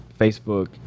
Facebook